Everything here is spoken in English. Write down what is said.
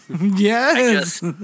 Yes